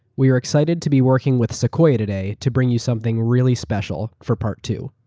we are excited to be working with sequoia today to bring you something really special for part two.